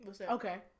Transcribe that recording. Okay